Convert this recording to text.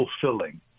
fulfilling